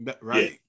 Right